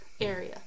area